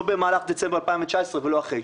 לא במהלך דצמבר 2019 ולא אחרי.